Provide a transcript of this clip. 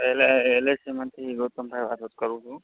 એટલે L I સીમાંથી ગૌતમભાઈ વાત કરું છું